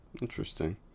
Interesting